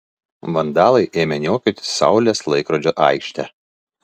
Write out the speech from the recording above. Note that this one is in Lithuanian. vandalai ėmė niokoti saulės laikrodžio aikštę